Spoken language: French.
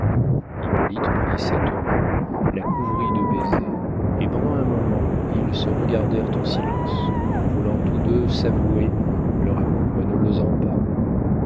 hippolyte prit cette main la couvrit de baisers et pendant un moment ils se regardèrent en silence voulant tous deux s'avouer leur amour et ne l'osant pas